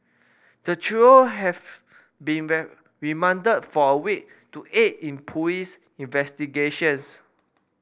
the trio have been remanded for a week to aid in police investigations